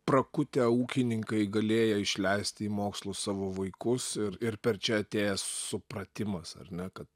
prakutę ūkininkai galėję išleisti į mokslus savo vaikus ir ir per čia atėjęs supratimas ar ne kad